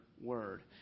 word